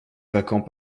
vacant